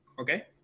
Okay